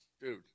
dude